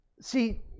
See